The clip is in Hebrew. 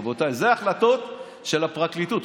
רבותיי, אלה החלטות של הפרקליטות.